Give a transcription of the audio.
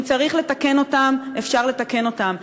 אם צריך לתקן אותם, אפשר לתקן אותם.